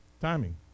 timing